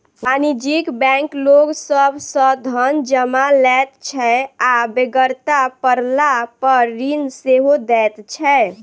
वाणिज्यिक बैंक लोक सभ सॅ धन जमा लैत छै आ बेगरता पड़लापर ऋण सेहो दैत छै